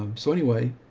um so anyway,